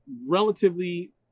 relatively